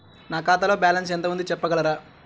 నా ఖాతాలో బ్యాలన్స్ ఎంత ఉంది చెప్పగలరా?